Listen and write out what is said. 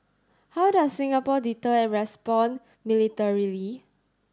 how does Singapore deter and respond militarily